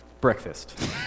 Breakfast